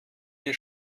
die